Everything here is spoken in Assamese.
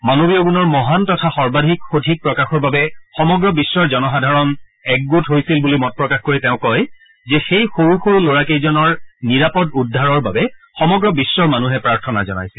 মানৱীয় গুণৰ মহান তথা সৰ্বাধিক সঠিক প্ৰকাশৰ বাবে সমগ্ৰ বিশ্বৰ জনসাধাৰণ একগোট হৈছিল বুলি মত প্ৰকাশ কৰি তেওঁ কয় যে সেই সৰু সৰু ল'ৰা কেইজনৰ নিৰাপদ উদ্ধাৰৰ বাবে সমগ্ৰ বিশ্বৰ মানুহে প্ৰাৰ্থনা জনাইছিল